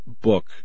book